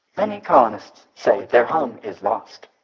many colonists say their home is lost,